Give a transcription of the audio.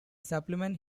supplement